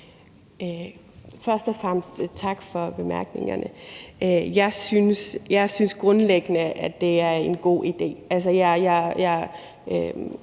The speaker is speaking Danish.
Først og fremmest tak for bemærkningerne. Jeg synes grundlæggende, at det er en god idé.